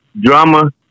drama